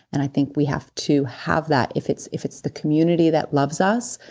and i think we have to have that if it's if it's the community that loves us,